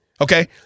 okay